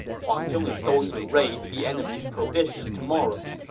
huang zhong is going to raid the enemy's provisions tomorrow.